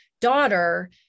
daughter